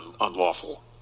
unlawful